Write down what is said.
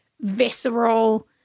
visceral